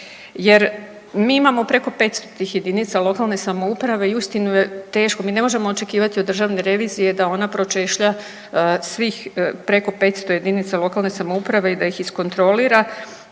Jer mi imamo preko 500 tih jedinica lokalne samouprave i uistinu je teško, mi ne možemo očekivati od državne revizije da ona pročešlja svih preko 500 jedinica lokalne samouprave i da ih iskontrolira